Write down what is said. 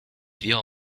your